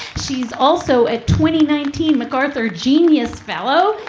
she's also at twenty nineteen macarthur genius fellow,